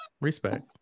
respect